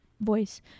voice